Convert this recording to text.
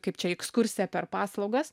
kaip čia ekskursiją per paslaugas